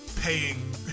paying